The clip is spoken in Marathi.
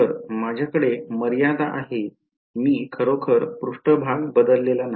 तर माझ्याकडे मर्यादा आहे मी खरोखर पृष्ठभाग बदललेला नाही